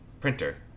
Printer